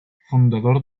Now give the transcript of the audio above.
fundador